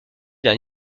d’un